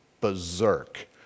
berserk